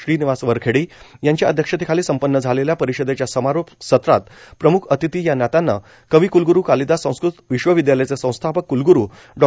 श्रीनिवास वरखेडी यांच्या अध्यक्षतेखाली संपन्न झालेल्या परिषदेच्या समारोप सत्रात प्रम्ख अतिथी या नात्यानं कविक्लग्रू कालिदास संस्कृत विश्वविदयालयाचे संस्थापक कलग्रू डॉ